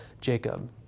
Jacob